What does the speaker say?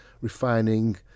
refining